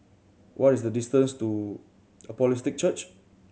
what is the distance to Apostolic Church